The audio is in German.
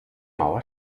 mauer